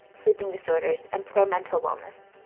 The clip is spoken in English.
sleeping disorders, and poor mental wellness.